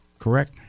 correct